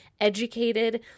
educated